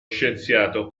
scienziato